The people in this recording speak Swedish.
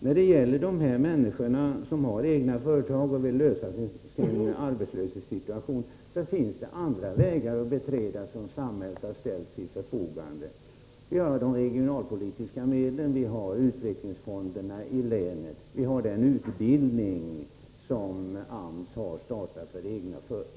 För de egna företagarna som vill lösa sin arbetslöshetssituation finns det andra vägar att beträda som samhället har ställt till förfogande. Vi har de regionalpolitiska medlen, utvecklingsfonderna i länet och den utbildning som AMS har startat för dem.